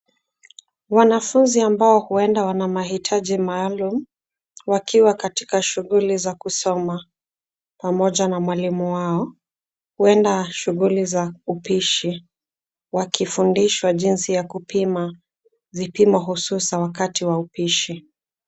Wanafunzi ambao huenda wana mahitaji maalum wakiwa katika shungli za kusoma pamoja na mwalimu wao. Huenda shugli za upishi. Wakifundishwa jinsi ya kupima vipimo hususa wakati wa upishi.